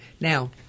now